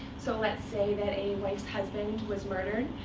so let's say that a wife's husband was murdered.